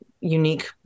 unique